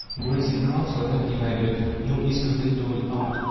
grazing grounds are not divided, nor is fodder doled out,